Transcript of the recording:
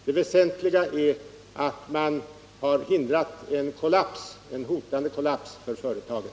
Det väsentliga är att man har hindrat en hotande kollaps för företaget.